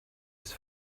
his